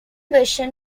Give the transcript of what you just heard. version